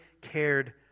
cared